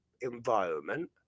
Environment